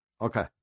okay